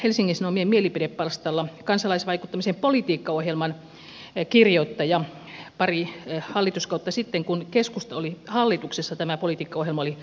helsingin sanomien mielipidepalstalla seppo niemelä kansalaisvaikuttamisen politiikkaohjelman kirjoittaja pari hallituskautta sitten kun keskusta oli hallituksessa tämä politiikkaohjelma oli olemassa kertoo aika oivallisen esimerkin